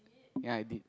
ya I did